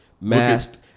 masked